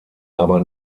aber